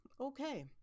okay